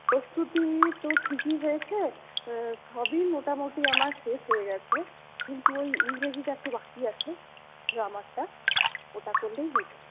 প্রস্তুতি তো ঠিকই হয়েছে সবই মোটামুটি আমার শেষ হয়ে গিয়েছে কিন্তু ওই ইংরেজিটা একটু বাকি আছে গ্রামারটা ওটা করলেই হয়ে যাবে